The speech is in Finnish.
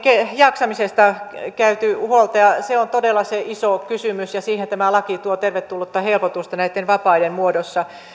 jaksamisesta kannettu huolta ja se on todella se iso kysymys ja siihen tämä laki tuo tervetullutta helpotusta näitten vapaiden muodossa